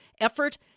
effort